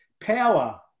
power